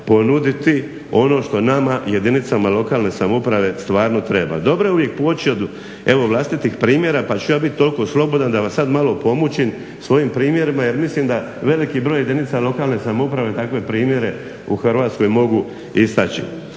ponuditi ono što nama, jedinicama lokalne samouprave stvarno treba. Dobro je uvijek poći od evo vlastitih primjera, pa ću ja biti toliko slobodan da vas sad malo pomučim svojim primjerima jer mislim da veliki broj jedinica lokalne samouprave takve primjere u Hrvatskoj mogu istaći.